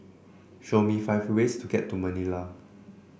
show me five ways to get to Manila